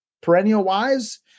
perennial-wise